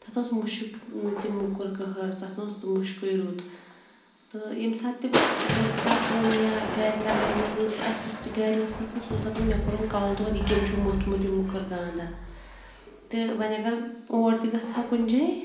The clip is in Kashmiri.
تَتھ اوس مُشُک تہِ موٚکُر کٕہٕر تَتھ نہٕ اوس نہٕ مُشکُے رُت تہٕ ییٚمہِ ساتہٕ تہِ بہٕ گژھٕ ہا کُن یا گَرِ کَرٕ ہا یوٗز تہٕ اَسہِ یُس تہِ گَرِ اوس آسان سُہ اوس دَپان مےٚ کوٚرُن کَلہٕ دود یہِ کٔمۍ چھُو موٚتھمُت یہِ مٔکٕر گاندا تہٕ وۄنۍ اگر اور تہِ گژھہَو کُنہِ جایہِ